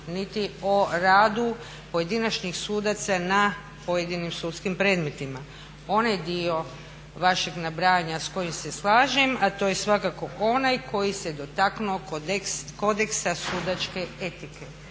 niti o radu pojedinačnim sudaca na pojedinim sudskim predmetima. Onaj dio vašeg nabrajanja s kojim se slažem, a to je svakako onaj koji se dotaknuo kodeksa sudačke etičke.